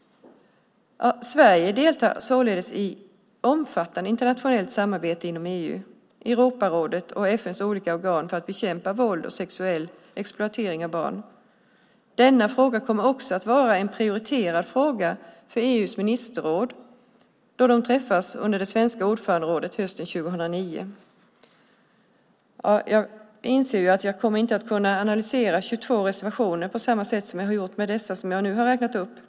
Sverige deltar således i ett omfattande internationellt samarbete inom EU, Europarådet och FN:s olika organ för att bekämpa våld och sexuell exploatering av barn. Denna fråga kommer också att vara en prioriterad fråga för EU:s ministerråd då det träffas under det svenska ordförandeskapet hösten 2009. Jag inser att jag inte kommer att kunna analysera 22 reservationer på samma sätt som jag gjort med dem som jag nu har räknat upp.